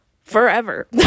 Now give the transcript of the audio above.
forever